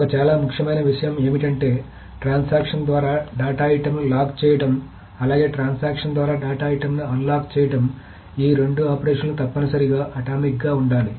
ఒక చాలా ముఖ్యమైన విషయం ఏమిటంటే ట్రాన్సాక్షన్ ద్వారా డేటా ఐటెమ్ని లాక్ చేయడం అలాగే ట్రాన్సాక్షన్ ద్వారా డేటా ఐటెమ్ను అన్లాక్ చేయడం ఈ రెండు ఆపరేషన్లు తప్పనిసరిగా అటామిక్ గా ఉండాలి